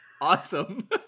awesome